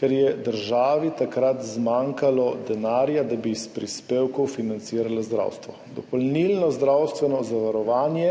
ker je državi takrat zmanjkalo denarja, da bi iz prispevkov financirala zdravstvo. Dopolnilno zdravstveno zavarovanje